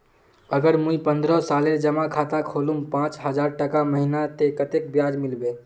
अगर मुई पन्द्रोह सालेर जमा खाता खोलूम पाँच हजारटका महीना ते कतेक ब्याज मिलबे?